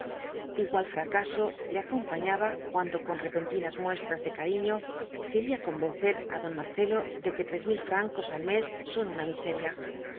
igual fracaso le acompañaba cuando con repentinas muestras de cariño quería convencer á don marcelo de que tres mil francos al mes son una miseria